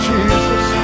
Jesus